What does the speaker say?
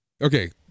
Okay